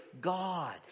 God